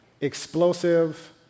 explosive